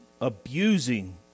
abusing